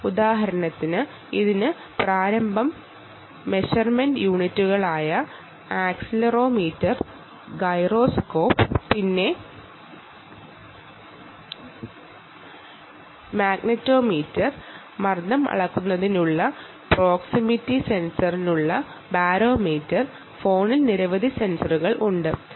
ഉദാഹരണത്തിന് ഇതിന് inertial measurement യൂണിറ്റുകളായ ആക്സിലറോമീറ്റർ ഗൈറോസ്കോപ്പ് മാഗ്നെറ്റോമീറ്റർ മർദ്ദം അളക്കുന്നതിനുള്ള പ്രോക്സിമിറ്റി സെൻസറിനുള്ള ബാരോമീറ്റർ തുടങ്ങി ഫോണിൽ ഇപ്പോൾ നിങ്ങൾക്ക് നിരവധി സെൻസറുകൾ ലഭ്യമാണ്